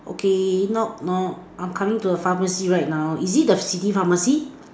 okay knock knock I am coming to a pharmacy right now is it the city pharmacy